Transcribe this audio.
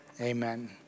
amen